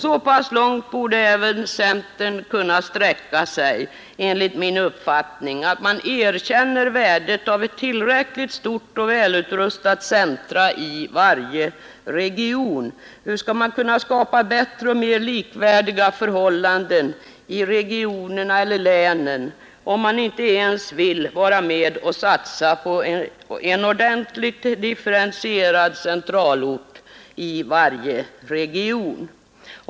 Så långt borde även centern enligt min uppfattning kunna sträcka sig, att man erkänner värdet av ett tillräckligt stort och välutrustat centrum i varje region. Hur skall man kunna skapa bättre och mer likvärdiga förhållanden i regionerna eller länen, om man inte ens vill vara med och satsa på en ordentligt differentierad centralort i varje region?